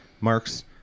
mark's